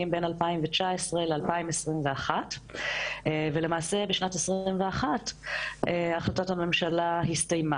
בין 2021-2019. בשנת 2021 החלטת הממשלה הסתיימה.